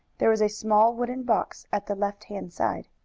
there was a small wooden box at the left-hand side.